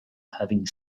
having